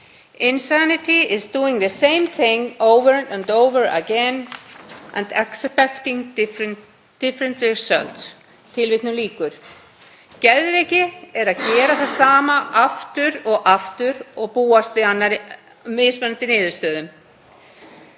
„Insanity is doing the same thing over and over and expecting different results.“